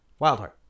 Wildheart